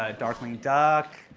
ah darkwing duck,